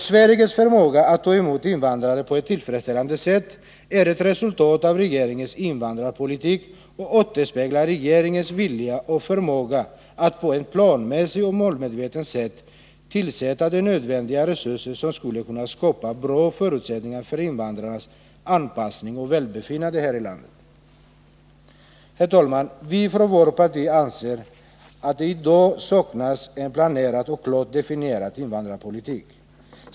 Sveriges förmåga att ta emot invandrare på ett tillfredsställande sätt är ett resultat av regeringens invandrarpolitik och återspeglar dess vilja och förmåga att på ett planmässigt och målmedvetet sätt avsätta de nödvändiga resurser som skulle kunna skapa bra förutsättningar för invandrarnas anpassning och välbefinnande här i landet. Herr talman! Vi från vårt parti anser att det i dag saknas en planerad och klart definierad invandrarpolitik.